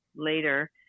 Later